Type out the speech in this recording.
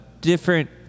different